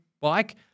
bike